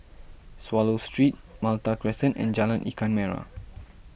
Swallow Street Malta Crescent and Jalan Ikan Merah